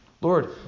Lord